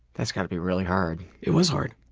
that's got to be really hard. it was hard.